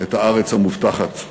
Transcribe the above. את הארץ המובטחת.